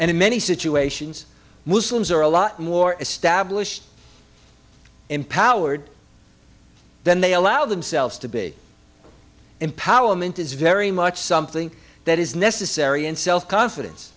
and in many situations muslims are a lot more established empowered then they allow themselves to be empowerment is very much something that is necessary in self confidence